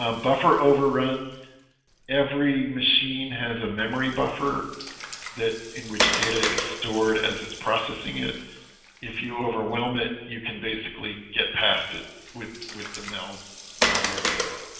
ah buffer overrun every machine has a memory buffer that in which data is stored as its processing it if you overwhelm it you can basically get past it with with the meld malware data